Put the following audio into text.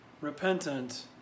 repentant